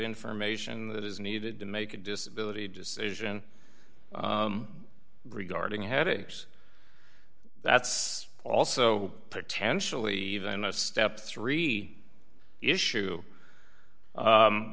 information that is needed to make a disability decision regarding headaches that's also potentially even a step three issue